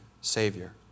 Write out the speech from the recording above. Savior